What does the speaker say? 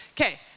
okay